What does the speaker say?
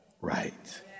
right